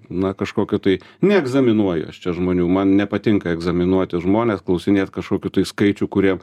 na kažkokio tai neegzaminuoju aš čia žmonių man nepatinka egzaminuoti žmones klausinėt kažkokių tai skaičių kurie